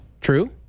True